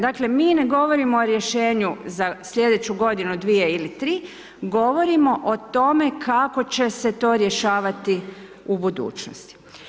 Dakle, mi ne govorimo o rješenju za sljedeću godinu, 2 ili 3, govorimo o tome kako će se to rješavati u budućnosti.